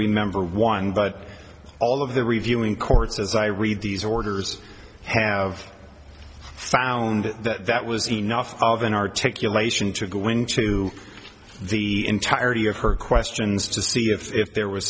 remember one but all of the reviewing courts as i read these orders have found that that was enough of an articulation to go into the entirety of her questions to see if there was